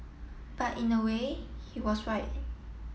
but in a way he was right